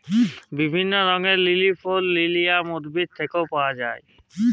বিভিল্য রঙের লিলি ফুল লিলিয়াম উদ্ভিদ থেক্যে পাওয়া যায়